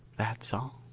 that's all.